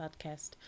podcast